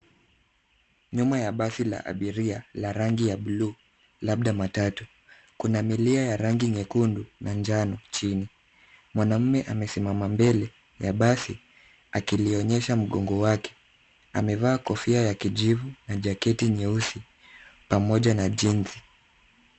Nyuma ya basi la abiria la rangi ya bluu, labda matatu. Kuna milia ya rangi nyekundu na njano chini. Mwanaume amesimama mbele ya basi akilionyesha mgongo wake. Amevaa kofia ya kijivu na jaketi nyeusi, pamoja na jeans .